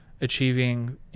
achieving